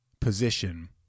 position